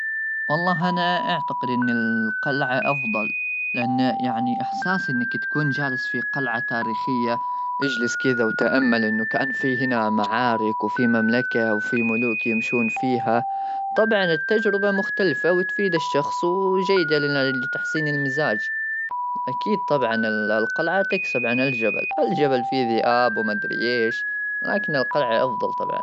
والله انا اعتقد ان القلعه افضل ,لان يعني احساس انك تكون جالس في قلعه تاريخيه, اجلس كذا وتامل انه كان في هنا معارك ,وفي مملكه وفي ملوك يمشون فيها طبعا التجربه مختلفه وتفيد الشخص وجيده لتحسين المزاج اكيد طبعا القلعه تكسب عن الجبل الجبل في ذئاب ومدري ايش لكن القلعه افضل طبعا.